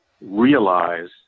realize